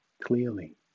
clearly